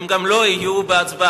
הם גם לא יהיו בהצבעה.